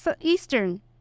eastern